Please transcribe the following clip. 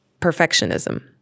perfectionism